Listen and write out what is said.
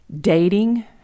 dating